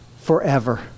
forever